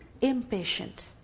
impatient